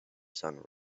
sun